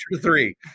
three